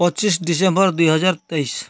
ପଚିଶି ଡିସେମ୍ବର ଦୁଇ ହଜାର ତେଇଶି